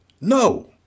No